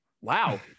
Wow